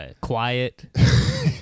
quiet